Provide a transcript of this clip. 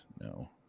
no